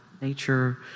nature